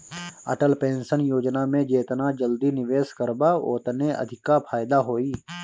Atal pension Yojana में जेतना जल्दी निवेश करबअ ओतने अधिका फायदा होई